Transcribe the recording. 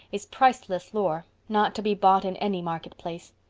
is priceless lore, not to be bought in any market place.